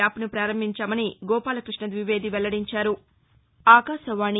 యాప్ని పారంభించామని గోపాలకృష్ణ ద్వివేది వెల్లడించారు